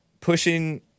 pushing